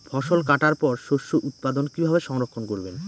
ফসল কাটার পর শস্য উৎপাদন কিভাবে সংরক্ষণ করবেন?